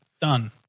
Done